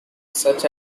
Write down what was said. such